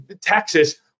Texas